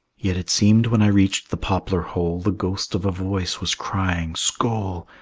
yet it seemed when i reached the poplar hole, the ghost of a voice was crying, skoal!